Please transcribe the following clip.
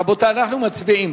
רבותי, אנחנו מצביעים